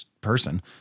person